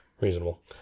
Reasonable